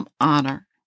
honor